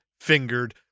Fingered